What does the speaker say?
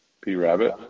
p-rabbit